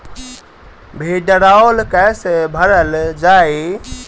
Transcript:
भीडरौल कैसे भरल जाइ?